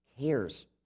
cares